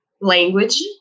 language